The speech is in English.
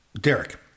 Derek